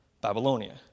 Babylonia